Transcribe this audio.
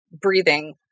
breathing